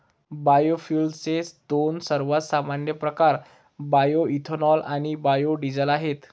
बायोफ्युएल्सचे दोन सर्वात सामान्य प्रकार बायोएथेनॉल आणि बायो डीझेल आहेत